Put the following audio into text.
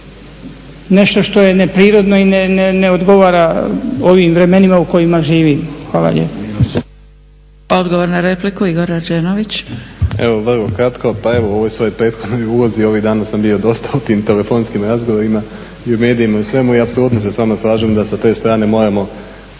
nešto što je neprirodno i ne odgovara ovim vremenima u kojima živimo. Hvala lijepo. **Zgrebec, Dragica (SDP)** Odgovor na repliku, Igor Rađenović. **Rađenović, Igor (SDP)** Evo vrlo kratko. U ovoj svojoj prethodnoj ulozi ovih dana sam bio dosta u tim telefonskim razgovorima i u medijima i u svemu i apsolutno se s vama slažem da sa te strane moramo